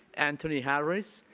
anthony harris.